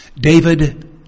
David